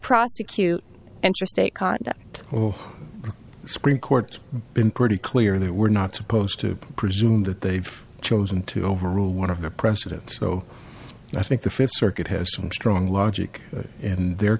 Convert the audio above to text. prosecute interstate conduct on the screen court been pretty clear that we're not supposed to presume that they've chosen to overrule one of the precedent so i think the fifth circuit has some strong logic in their